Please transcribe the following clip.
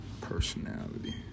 personality